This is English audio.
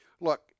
Look